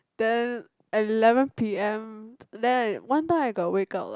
then at eleven P_M then I one time I got wake up lah